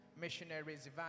missionaries